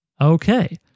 Okay